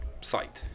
site